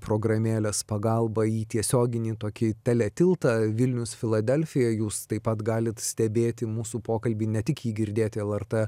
programėlės pagalba į tiesioginį tokį teletiltą vilnius filadelfija jūs taip pat galit stebėti mūsų pokalbį ne tik jį girdėti lrt